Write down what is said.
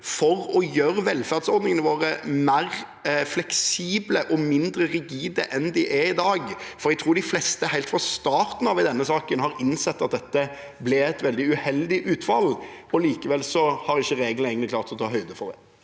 for å gjøre velferdsordningene våre mer fleksible og mindre rigide enn de er i dag. Jeg tror de fleste helt fra starten av i denne saken har innsett at dette ble et veldig uheldig utfall, likevel har ikke reglene egentlig klart å ta høyde for det.